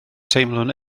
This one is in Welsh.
teimlwn